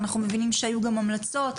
אנחנו מבינים שהיו גם המלצות,